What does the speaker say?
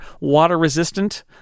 water-resistant